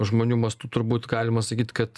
žmonių mastu turbūt galima sakyt kad